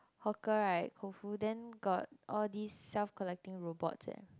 hawker right Koufu then got all these self collecting robots eh